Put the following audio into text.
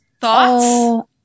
Thoughts